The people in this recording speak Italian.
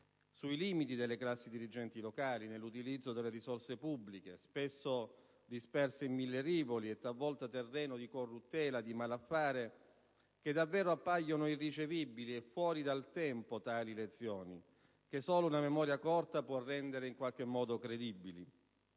sui limiti delle classi dirigenti locali nell'utilizzo delle risorse pubbliche, spesso disperse in mille rivoli e talvolta terreno di corruttela e di malaffare, che davvero appaiono irricevibili e fuori dal tempo tali lezioni, che solo una memoria corta può rendere in qualche modo credibili.